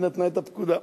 היא נתנה את הפקודה.